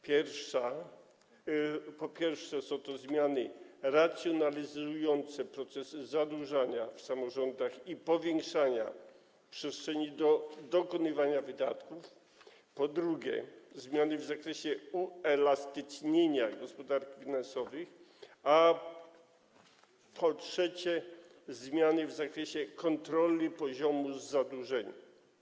Po pierwsze, są to zmiany racjonalizujące proces zadłużania w samorządach i powiększania przestrzeni do dokonywania wydatków, po drugie, zmiany w zakresie uelastycznienia gospodarek finansowych, po trzecie, zmiany w zakresie kontroli poziomu zadłużenia.